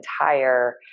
entire